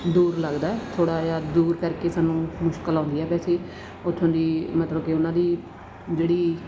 ਦੂਰ ਲੱਗਦਾ ਥੋੜ੍ਹਾ ਜਿਹਾ ਦੂਰ ਕਰਕੇ ਸਾਨੂੰ ਮੁਸ਼ਕਿਲ ਆਉਂਦੀ ਹੈ ਵੈਸੇ ਉੱਥੋਂ ਦੀ ਮਤਲਬ ਕਿ ਉਹਨਾਂ ਦੀ ਜਿਹੜੀ